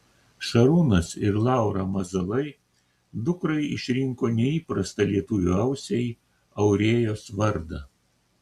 šarūnas ir laura mazalai dukrai išrinko neįprastą lietuvio ausiai aurėjos vardą